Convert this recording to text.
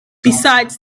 besides